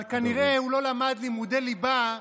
אבל כנראה הוא לא למד לימודי ליבה,